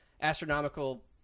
Astronomical